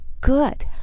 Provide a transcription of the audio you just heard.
Good